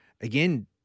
Again